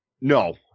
No